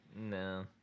No